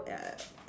err